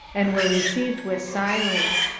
and were received with silence.